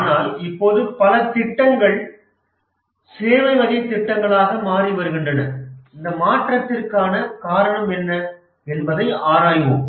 ஆனால் இப்போது பல திட்டங்கள் சேவை வகை திட்டங்களாக மாறி வருகின்றன இந்த மாற்றத்திற்கான காரணம் என்ன என்பதை ஆராய்வோம்